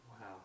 Wow